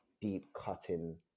deep-cutting